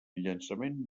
llançament